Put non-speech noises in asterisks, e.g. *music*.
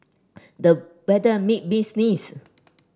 *noise* the weather made me sneeze